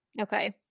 Okay